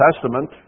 Testament